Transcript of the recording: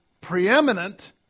preeminent